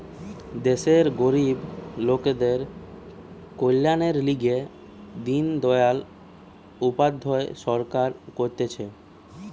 দেশের গরিব লোকদের কল্যাণের লিগে দিন দয়াল উপাধ্যায় সরকার করতিছে